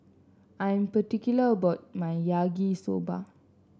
I am particular about my Yaki Soba